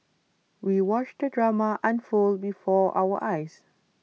we watched the drama unfold before our eyes